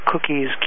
cookies